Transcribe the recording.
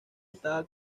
estaba